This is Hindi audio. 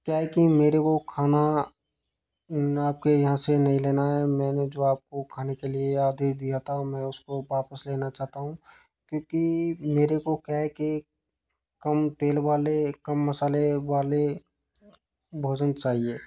क्या है कि मेरे को खाना न आपके यहाँ से नहीं लेना है मैंने जो आपको खाने के लिए आदेश दिया था मैं उसको वापस लेना चाहता हूँ क्योंकि मेरे को क्या है के कम तेल वाले कम मसाले वाले भोजन चाहिए